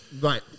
Right